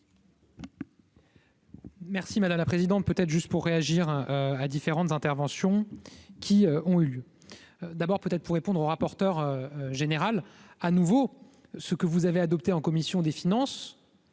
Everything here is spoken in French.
Merci madame la présidente, peut être juste pour réagir à différentes interventions qui ont eu lieu, d'abord peut-être pour répondre au rapporteur général à nouveau ce que vous avez adopté en commission des finances